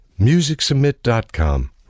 MusicSubmit.com